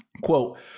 Quote